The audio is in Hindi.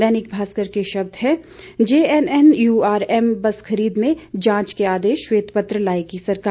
दैनिक भास्कर के शब्द हैं जेएनएनयूआरएम बस खरीद में जांच के आदेश श्वेत पत्र लाएगी सरकार